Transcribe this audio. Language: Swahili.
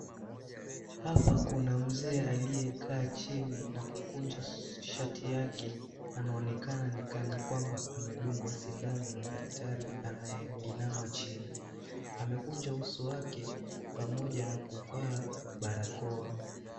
Hapa kuna mzee aliyekaa chini na kukunja shati yake. Anaonekana ni kama kwamba amedungwa sindano na daktari anayeinama chini. Amekunja uso wake pamoja na kuvaa barakoa.